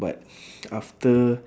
but after